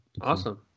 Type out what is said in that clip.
Awesome